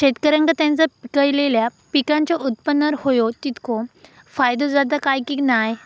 शेतकऱ्यांका त्यांचा पिकयलेल्या पीकांच्या उत्पन्नार होयो तितको फायदो जाता काय की नाय?